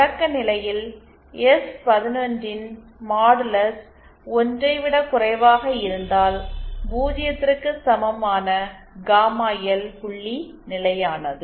தொடக்க நிலையில் எஸ்11 ன் மாடுலஸ் 1 ஐ விடக் குறைவாக இருந்தால் பூஜ்ஜியத்திற்கு சமமான காமா எல் புள்ளி நிலையானது